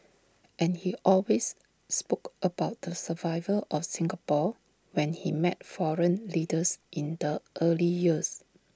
and he always spoke about the survival of Singapore when he met foreign leaders in the early years